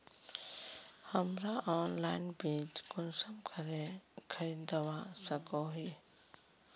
हमरा ऑनलाइन बीज कुंसम करे खरीदवा सको ही?